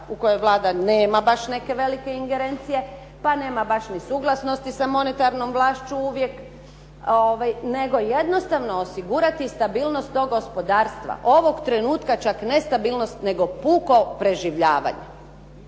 u kojoj Vlada nema baš neke velike ingerencije, pa nema baš ni suglasnosti sa monetarnom vlašću uvijek nego jednostavno osigurati stabilnost toga gospodarstva, ovog trenutka čak nestabilnost, nego puko preživljavanje.